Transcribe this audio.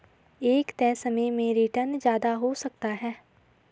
एक तय समय में रीटर्न ज्यादा हो सकता है